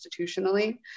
institutionally